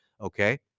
Okay